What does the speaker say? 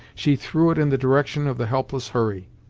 she threw it in the direction of the helpless hurry.